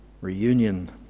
reunion